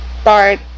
start